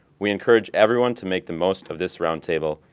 we encourage everyone to make the most of this roundtable,